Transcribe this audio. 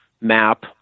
map